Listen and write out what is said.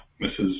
Mrs